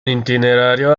itinerario